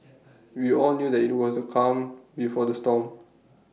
we all knew that IT was the calm before the storm